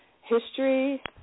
history